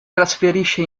trasferisce